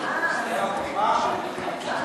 שלושה מתנגדים.